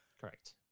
Correct